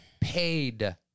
paid